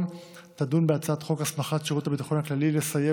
תדון בהצעת חוק הסמכת שירות הביטחון הכללי לסייע